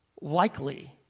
likely